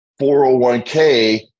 401k